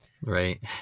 right